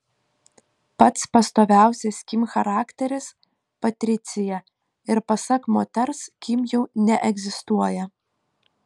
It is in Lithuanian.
pats pastoviausias kim charakteris patricija ir pasak moters kim jau neegzistuoja